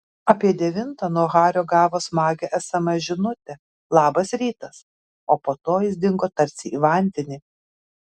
apie devintą nuo hario gavo smagią sms žinutę labas rytas o po to jis dingo tarsi į vandenį